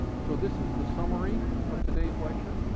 so this is the summary of today's lecture.